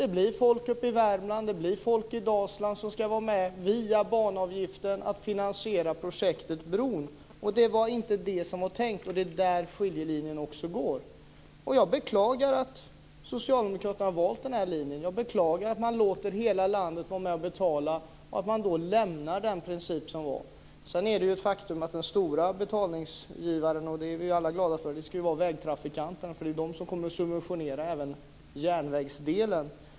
Det blir människor uppe i Värmland och i Dalsland som får vara med via banavgiften att finansiera projektet bron. Det var inte tänkt, och det är där skiljelinjen går. Jag beklagar att socialdemokraterna har valt den linjen. Jag beklagar att man låter hela landet vara med att betala och lämnar den princip som var. Sedan är det ett faktum att den stora bidragsgivaren - och det är vi alla glada för - kommer att vara vägtrafikanterna. Det är de som kommer att subventionera även järnvägsdelen.